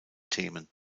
themen